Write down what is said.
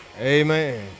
Amen